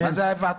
מה זה ההיוועצות?